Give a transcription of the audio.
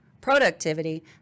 productivity